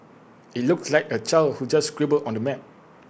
IT looks like A child who just scribbled on the map